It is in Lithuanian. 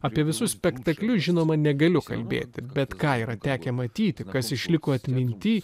apie visus spektaklius žinoma negaliu kalbėti bet ką yra tekę matyti kas išliko atminty